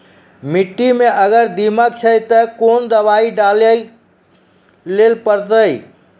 मिट्टी मे अगर दीमक छै ते कोंन दवाई डाले ले परतय?